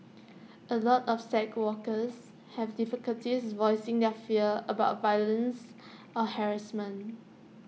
A lot of sex workers have difficulties voicing their fears about violence or harassment